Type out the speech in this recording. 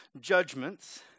judgments